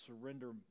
surrender